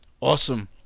Awesome